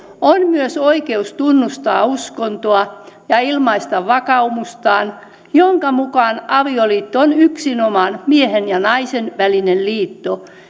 on myös oikeus tunnustaa uskontoa ja ilmaista vakaumustaan jonka mukaan avioliitto on yksinomaan miehen ja naisen välinen liitto